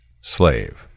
Slave